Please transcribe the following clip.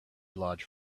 large